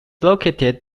located